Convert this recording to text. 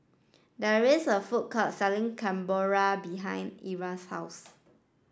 there is a food court selling Carbonara behind Erla's house